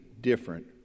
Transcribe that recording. different